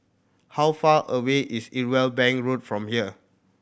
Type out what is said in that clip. how far away is Irwell Bank Road from here